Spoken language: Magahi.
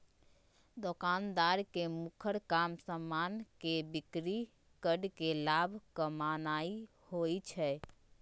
दोकानदार के मुखर काम समान के बिक्री कऽ के लाभ कमानाइ होइ छइ